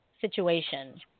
situation